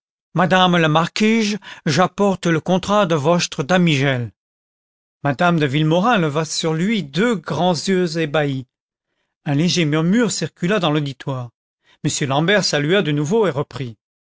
madame la marquige j'apporte le contrat de votre dl m de villemaurin leva sur lui deux grands yeux ébahis un léger murmure circula dans l'auditoire m l'ambert salua de nouveau et reprit